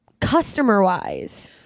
customer-wise